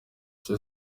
ese